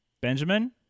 Benjamin